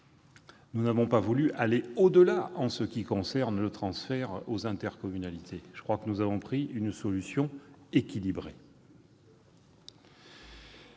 nous n'avons pas voulu aller au-delà en ce qui concerne le transfert aux intercommunalités. À mon sens, nous avons retenu une solution équilibrée.